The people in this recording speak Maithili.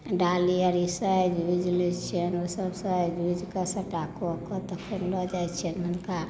डाली आर ई साजि ओइज लै छियनि ओ सभ साजि ओइजकऽ सभटा कऽ कऽ तखन लऽ जाय छियनि हुनका